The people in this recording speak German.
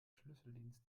schlüsseldienst